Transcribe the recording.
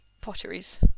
potteries